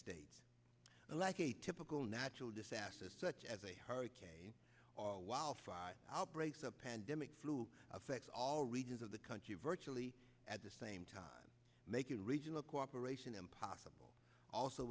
states like a typical natural disaster such as a hurricane or wildfire outbreaks of pandemic flu affects all regions of the country virtually at the same time making regional cooperation impossible also